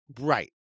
Right